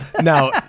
Now